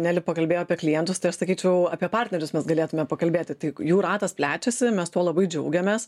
neli pakalbėjo apie klientus tai aš sakyčiau apie partnerius mes galėtume pakalbėti tai jų ratas plečiasi mes tuo labai džiaugiamės